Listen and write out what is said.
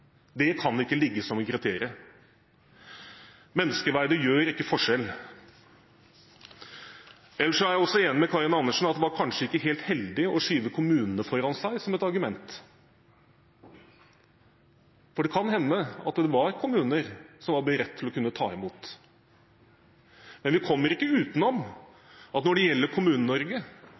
Det kan ikke ligge som et kriterium. Menneskeverdet tillater ikke forskjellsbehandling ut fra slike kriterier. Jeg er også enig med Karin Andersen i at det kanskje ikke var helt heldig å skyve kommunene foran seg som et argument, for det kan hende at det var kommuner som var beredt til å ta imot. Men når det gjelder